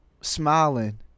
smiling